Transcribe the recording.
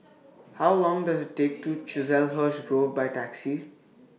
How Long Does IT Take to Chiselhurst Grove By Taxi